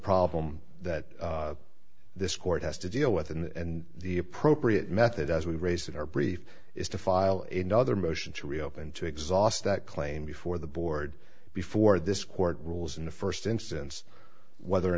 problem that this court has to deal with and the appropriate method as we raised our brief is to file in another motion to reopen to exhaust that claim before the board before this court rules in the first instance whether or